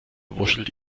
wuschelt